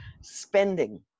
spending